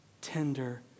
tender